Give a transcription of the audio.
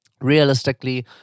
Realistically